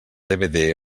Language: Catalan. dvd